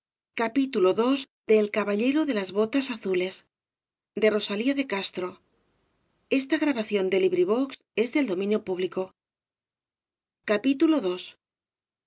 caballero de las botas azules les dejase oir de